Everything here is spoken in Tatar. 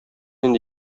инде